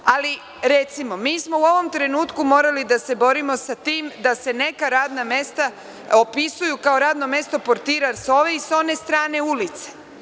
Ali, recimo, mi smo u ovom trenutku morali da se borimo sa tim da se neka radna mesta opisuju kao radno mesto portira s ove i s one strane ulice.